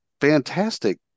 fantastic